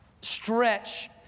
stretch